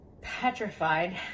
petrified